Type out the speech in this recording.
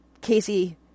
Casey